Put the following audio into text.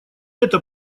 это